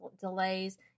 delays